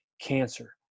cancer